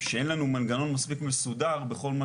שאין לנו מנגנון מספיק מסודר בכל מה